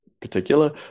particular